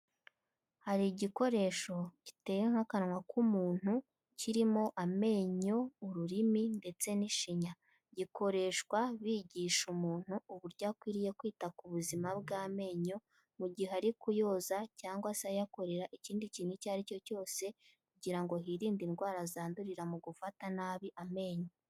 Hari igikoresho giteye nk'akanwa k'umuntu, kirimo amenyo, ururimi, ndetse n'ishinya, gikoreshwa bigisha umuntu uburyo akwiriye kwita ku buzima bw'amenyo, mu gihe ari kuyoza cyangwa se ayakorera ikindi kintu icyo ari cyo cyose, kugira ngo hirinde indwara zandurira mu gufata nabi amenyo.